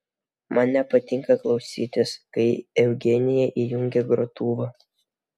man nepatinka klausytis kai eugenija įjungia grotuvą